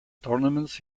tournaments